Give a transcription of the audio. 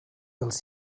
dels